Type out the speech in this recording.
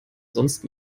sonst